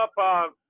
up